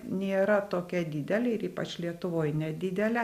nėra tokia didelė ir ypač lietuvoj nedidele